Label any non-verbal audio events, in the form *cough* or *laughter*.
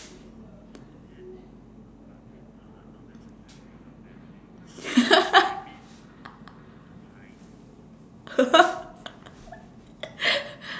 *laughs*